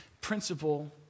principle